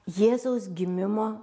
jėzaus gimimo